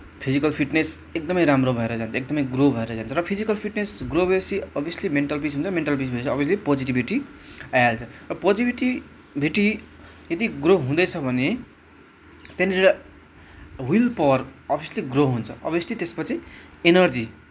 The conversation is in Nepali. फिजिकल फिट्नेस एकदमै राम्रो भएर जान्छ एकदमै ग्रो भएर जान्छ र फिजिकल फिट्नेस ग्रो भएपछि अभियसली मेन्टल पिस हुन्छ मेन्टल पिस भएपछि अभियसली पोजिटिभिटी आइहाल्छ र पोजिभिटी भिटी यदि ग्रो हुँदैछ भने त्यहाँनिर विल पावर अभियसली ग्रो हुन्छ अभियसली त्यसपछि इनर्जी